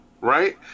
right